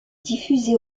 diffusé